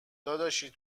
داداشی